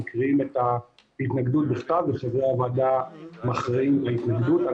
מקריאים את ההתנגדות בכתב וחברי הוועדה מכריעים בהתנגדות.